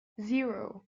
zero